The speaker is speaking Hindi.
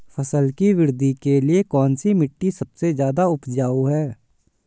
फसल की वृद्धि के लिए कौनसी मिट्टी सबसे ज्यादा उपजाऊ है?